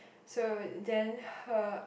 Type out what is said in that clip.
so then her